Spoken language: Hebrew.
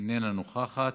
איננה נוכחת.